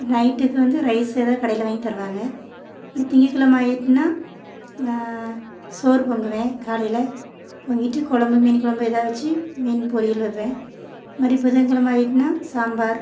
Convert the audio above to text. நைட்டுக்கு வந்து ரைஸ் எதாவது கடையில் வாங்கி தருவாங்க அப்புறம் திங்கக்கிழம ஆயிட்டுன்னால் சோறு பொங்குவேன் காலையில் பொங்கிட்டு கொழம்பு மீன் கொழம்பு எதாவது வச்சு மீன் பொரியல் வைப்பேன் இது மாதிரி புதன்கெழம ஆயிட்டுன்னால் சாம்பார்